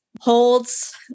holds